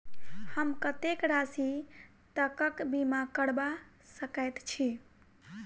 हम कत्तेक राशि तकक बीमा करबा सकैत छी?